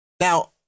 Now